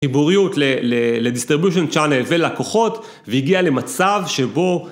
חיבוריות לדיסטריבושן צ'אנל ולקוחות והגיע למצב שבו